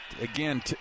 Again